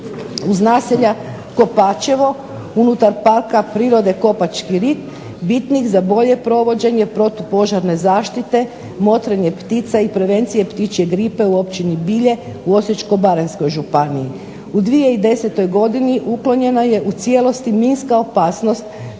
uz naselja Kopačevo, unutar parka prirode Kopački rit, bitnih za bolje provođenje protupožarne zaštite, motrenje ptica i prevencije ptičje gripe u općini Bilje u Osječko-baranjskoj županiji. U 2010. godini uklonjeno je u cijelosti minska opasnost